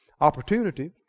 opportunity